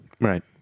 Right